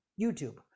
youtube